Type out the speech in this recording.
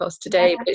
today